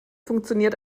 funktioniert